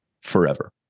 forever